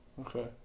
Okay